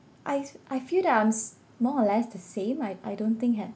I I feel that I'm s~ more or less the same I I don't think have